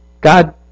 God